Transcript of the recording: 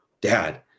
Dad